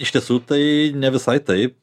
iš tiesų tai ne visai taip